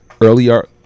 earlier